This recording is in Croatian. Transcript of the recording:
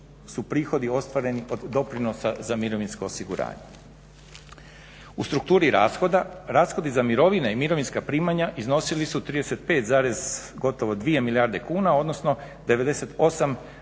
su prihodi ostvareni od doprinosa za mirovinsko osiguranje. U strukturi rashoda, rashodi za mirovine i mirovinska primanja iznosili su 35, gotovo dvije milijarde kuna odnosno